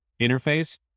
interface